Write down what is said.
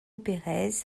perez